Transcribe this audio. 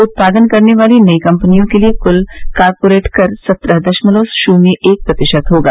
उत्पादन करने वाली नई कम्पनियों के लिए कुल कॉरपोरेट कर सत्रह दशमलव शून्य एक प्रतिशत होगा